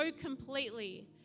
completely